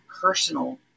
personal